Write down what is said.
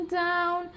down